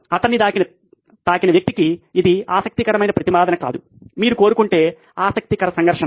అతన్ని తాకిన వ్యక్తికి ఇది ఆసక్తికరమైన ప్రతిపాదన కాదు మీరు కోరుకుంటే ఆసక్తికర సంఘర్షణ